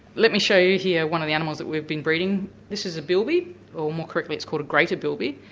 let me show you here one of the animals that we've been breeding. this is a bilby correctly it's called a greater bilby.